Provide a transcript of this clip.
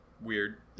weird